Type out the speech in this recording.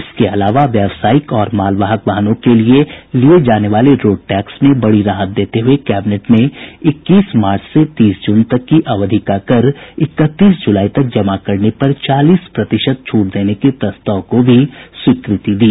इसके अलावा व्यावसायिक और मालवाहक वाहनों से लिये जाने वाले रोड टैक्स में बड़ी राहत देते हुये कैबिनेट ने इक्कीस मार्च से तीस जून तक की अवधि का कर इकतीस जूलाई तक जमा करने पर चालीस प्रतिशत छूट देने के प्रस्ताव को भी स्वीकृति दी